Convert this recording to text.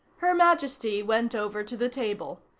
her majesty went over to the table.